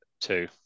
two